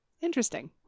interesting